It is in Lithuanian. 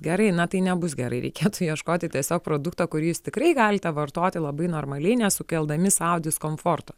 gerai na tai nebus gerai reikėtų ieškoti tiesiog produkto kurį jūs tikrai galite vartoti labai normaliai nesukeldami sau diskomforto